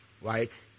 right